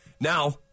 Now